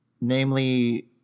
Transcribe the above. namely